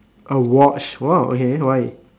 a watch !wow! okay why